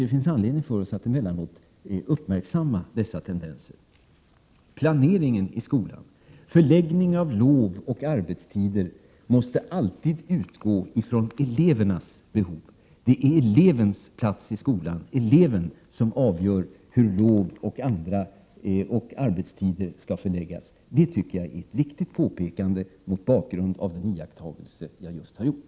Det finns anledning för oss att emellanåt uppmärksamma dessa tendenser. Planeringen i skolan, förläggningen av lov och arbetstider, måste alltid utgå från elevernas behov. Det är elevens plats i skolan som avgör hur lov och arbetstider skall förläggas. Det är ett viktigt påpekande mot bakgrund av den iakttagelse jag just har gjort.